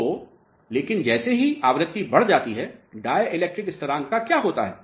तो लेकिन जैसे ही आवृत्ति बढ़ जाती है डाई इलेक्ट्रिक स्थरांक का क्या होता है